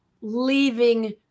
leaving